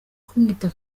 kumwita